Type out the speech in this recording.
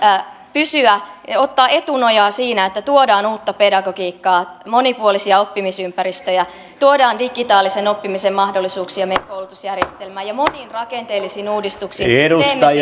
ottaa etunojaa siinä että tuodaan uutta pedagogiikkaa monipuolisia oppimisympäristöjä tuodaan digitaalisen oppimisen mahdollisuuksia meidän koulutusjärjestelmään ja monin rakenteellisin uudistuksin teemme siitä